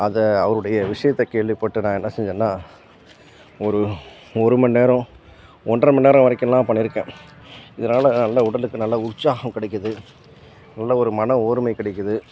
அதை அவருடைய விஷயத்தைக் கேள்விப்பட்டு நான் என்ன செஞ்சேன்னா ஒரு ஒரு மணி நேரம் ஒன்றரை மணி நேரம் வரைக்கெல்லாம் பண்ணியிருக்கேன் இதனால நல்ல உடலுக்கு நல்ல உற்சாகம் கிடைக்கிது நல்ல ஒரு மன ஓர்மை கிடைக்கிது